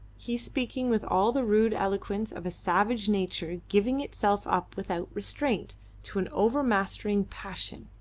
he speaking with all the rude eloquence of a savage nature giving itself up without restraint to an overmastering passion,